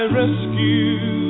rescue